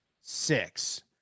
Six